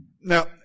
Now